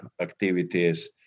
activities